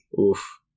Oof